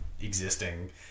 existing